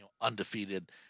undefeated